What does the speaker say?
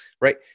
right